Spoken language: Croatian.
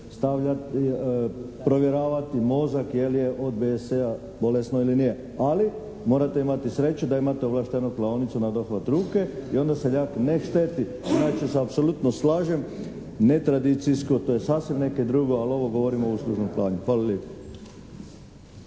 provjeravati mozak je li od BSE-a bolesno ili nije. Ali morati imate sreće da imate ovlaštenu klaonicu na dohvat ruke i onda seljak ne šteti. Inače se apsolutno slažem ne tradicijsko, to je sasvim nekaj drugo, ali ovo govorimo o uslužnom klanju. Hvala lijepo.